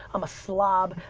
i'm a slob.